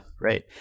right